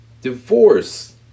Divorce